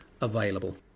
available